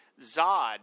Zod